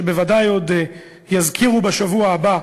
שבוודאי עוד יזכירו אותה בשבוע הבא,